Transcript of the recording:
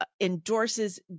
endorses